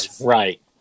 Right